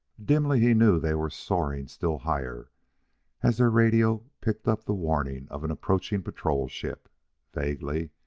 dimly he knew they were soaring still higher as their radio picked up the warning of an approaching patrol ship vaguely,